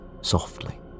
softly